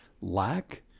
lack